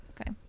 Okay